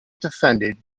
defended